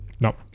No